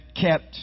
kept